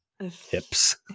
hips